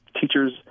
teachers